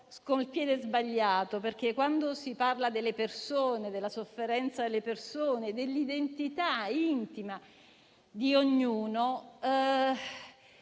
col piede sbagliato, perché quando si parla delle persone, della loro sofferenza e dell'identità intima di ognuno,